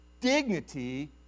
dignity